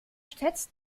schätzt